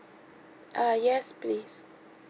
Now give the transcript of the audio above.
uh yes please